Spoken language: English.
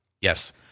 Yes